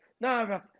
no